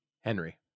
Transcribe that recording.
Henry